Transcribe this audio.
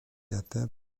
atteint